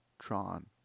Tron